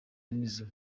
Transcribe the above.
nizzo